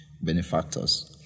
benefactors